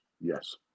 Yes